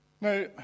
Now